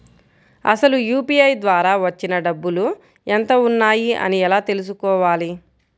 అసలు యూ.పీ.ఐ ద్వార వచ్చిన డబ్బులు ఎంత వున్నాయి అని ఎలా తెలుసుకోవాలి?